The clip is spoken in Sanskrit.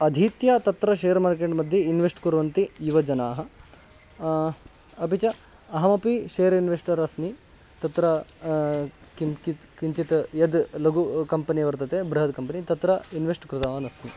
अधीत्य तत्र शेर् मार्केट् मध्ये इन्वेस्ट् कुर्वन्ति युवजनाः अपि च अहमपि शेर् इन्वेस्टर् अस्मि तत्र किं कित् किञ्चित् यद् लघु कम्पनी वर्तते बृहद् कम्पनी तत्र इन्वेस्ट् कृतवान् अस्मि